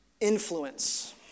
influence